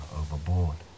overboard